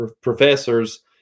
professors